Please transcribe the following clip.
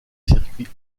circuits